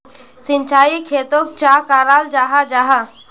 सिंचाई खेतोक चाँ कराल जाहा जाहा?